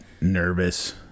nervous